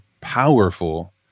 powerful